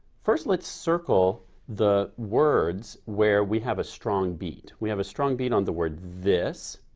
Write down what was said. first let's circle the words where we have a strong beat. we have a strong beat on the word this.